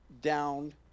down